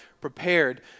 prepared